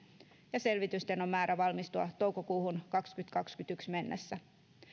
ja selvitysten on määrä valmistua toukokuuhun kaksituhattakaksikymmentäyksi mennessä